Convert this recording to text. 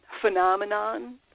phenomenon